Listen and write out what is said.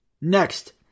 Next